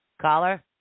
Caller